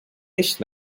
nicht